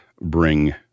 bring